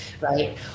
right